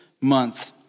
month